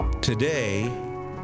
Today